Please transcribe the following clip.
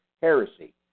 heresy